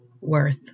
worth